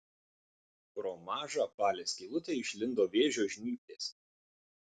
pro mažą apvalią skylutę išlindo vėžio žnyplės